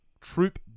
Troop